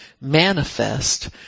manifest